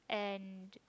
yup and